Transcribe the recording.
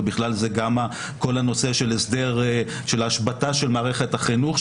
ובכלל הזה גם כל הנושא של הסדר של ההשבתה של מערכת החינוך,